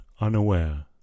unaware